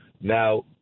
Now